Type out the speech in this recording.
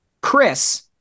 Chris